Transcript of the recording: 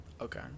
Okay